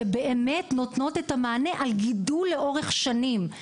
שבאמת נותנות את המענה על גידול לאורך שנים,